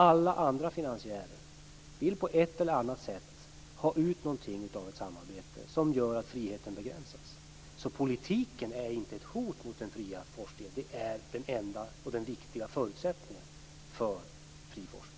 Alla andra finansiärer vill på ett eller annat sätt ha ut någonting av ett samarbete, vilket gör att friheten begränsas. Politiken är inte ett hot mot den fria forskningen. Det är den enda och den viktiga förutsättningen för fri forskning.